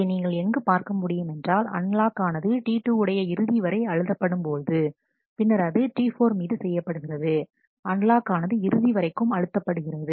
இதை நீங்கள் எங்கு பார்க்க முடியுமென்றால் அன்லாக் ஆனது T2 உடைய இறுதிவரை அழுத்தப்படும் பொழுது பின்னர் அது T4 மீது செய்யப்படுகிறது அன்லாக் ஆனது இறுதிவரைக்கும் அழுத்தப்படுகிறது